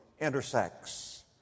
intersects